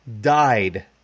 died